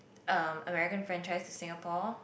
um American franchise to Singapore